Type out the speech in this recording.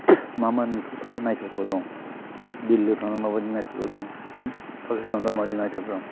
मा मा नुथावथाव नायथावथाव दं दिल्लिआव थांनानै माबायदि नायथावथाव दं पाकिस्टानाव माबायदि नायथावथाव दं